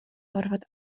gorfod